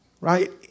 right